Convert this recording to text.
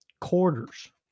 quarters